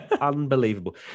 unbelievable